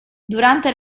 durante